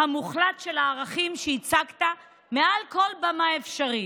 המוחלט של הערכים שהצגת מעל כל במה אפשרית.